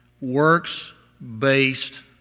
works-based